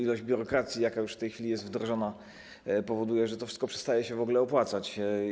Ilość biurokracji, jaka już w tej chwili jest wdrożona, powoduje, że to wszystko przestaje się w ogóle opłacać.